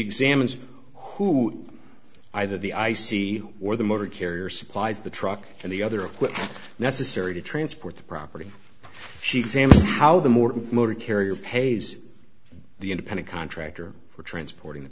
examines who either the i c or the motor carrier supplies the truck and the other equipment necessary to transport the property she examines how the morton motor carrier pays the independent contractor for transporting the